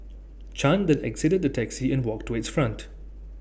chan then exited the taxi and walked to its front